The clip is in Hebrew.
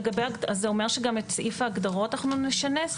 אז זה אומר שגם את סעיף ההגדרות אנחנו נשנה?